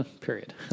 Period